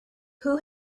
who